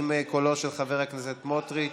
עם קולו של חבר הכנסת סמוטריץ',